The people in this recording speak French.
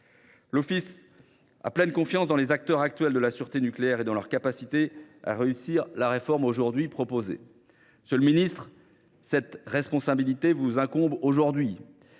L’Office a pleine confiance dans les acteurs actuels de la sûreté nucléaire et dans leur capacité à réussir la réforme aujourd’hui proposée. Monsieur le ministre, cette responsabilité vous incombe également,